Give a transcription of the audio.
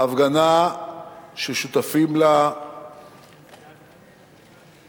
הפגנה ששותפים לה פלסטינים תושבי הכפר ואחרים,